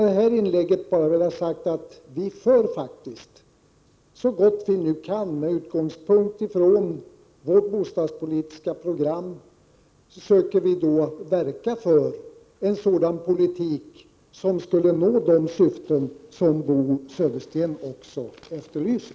Jag har med detta bara velat säga att vi faktiskt, så gott vi nu kan, med utgångspunkt från vårt bostadspolitiska program försöker verka för en sådan politik som är ägnad att nå de syften som också Bo Södersten efterlyser.